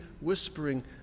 whispering